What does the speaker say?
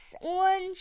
orange